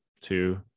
two